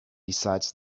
besides